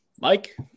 Mike